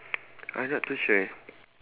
I not too sure